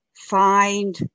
find